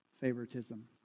favoritism